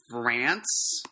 France